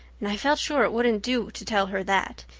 and i felt sure it wouldn't do to tell her that.